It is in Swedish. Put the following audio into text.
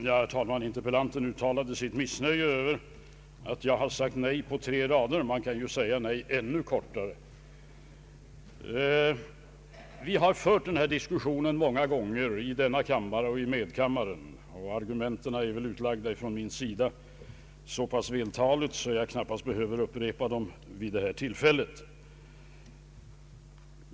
Herr talman! Interpellanten uttalade sitt misnöje över att jag har sagt nej på tre rader. Man kan ju säga nej ännu kortare. Vi har fört den här diskussionen många gånger i denna kammare och i medkammaren, och jag har lagt ut mina argument så pass vältaligt att jag knappast behöver upprepa dem vid det här tillfället.